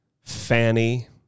Fanny